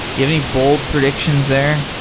you have any bold predictions there?